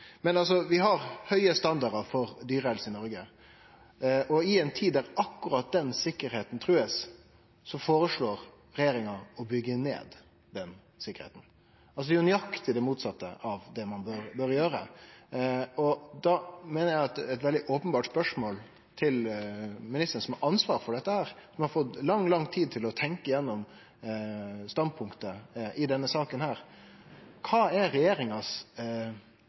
tid der akkurat den sikkerheita blir trua, føreslår regjeringa å byggje ned den sikkerheita. Dei gjer nøyaktig det motsette av det ein bør gjere. Da meiner eg at eit veldig openbert spørsmål til ministeren som har ansvaret for dette, og som har fått lang, lang tid til å tenkje gjennom standpunktet i denne saka, må vere: Kva er